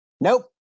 Nope